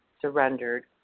surrendered